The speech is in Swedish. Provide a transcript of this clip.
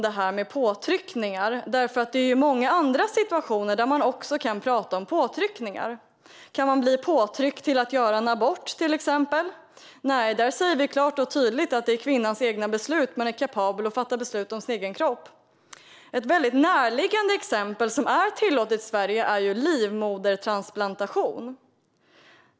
Det finns många andra situationer där man kan tala om påtryckningar. Kan en kvinna bli utsatt för påtryckningar att göra en abort, till exempel? Nej, där säger vi klart och tydligt att det är kvinnans eget beslut och att hon är kapabel att fatta beslut om sin egen kropp. Ett närliggande exempel som är tillåtet i Sverige är livmodertransplantation.